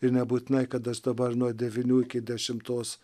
ir nebūtinai kad aš dabar nuo devynių iki dešimtos